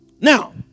Now